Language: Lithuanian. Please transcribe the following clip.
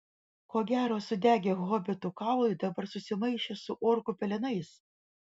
ko gero sudegę hobitų kaulai dabar susimaišė su orkų pelenais